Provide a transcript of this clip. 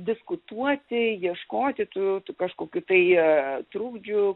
diskutuoti ieškoti tų tų kažkokių tai trukdžių